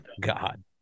God